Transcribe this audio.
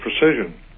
precision